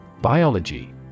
Biology